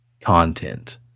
content